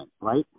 right